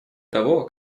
того